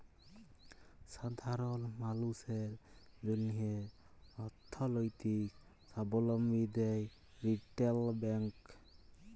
সাধারল মালুসের জ্যনহে অথ্থলৈতিক সাবলম্বী দেয় রিটেল ব্যাংক